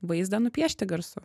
vaizdą nupiešti garsu